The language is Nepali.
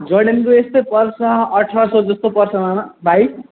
जर्डनको यस्तै पर्छ अठाह्र सय जस्तो पर्छ भाइ